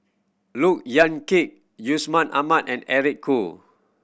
Look Yan Kit Yusman Aman and Eric Khoo